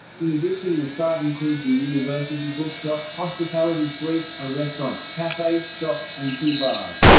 in addition the site includes the university bookshop, hospitality suites, a restaurant, cafe, shops, and two bars.